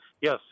yes